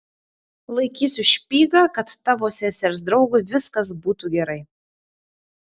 laikysiu špygą kad tavo sesers draugui viskas būtų gerai